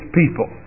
people